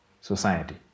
society